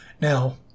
Now